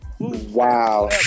Wow